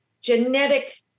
genetic